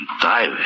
Dive